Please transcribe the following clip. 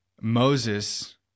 Moses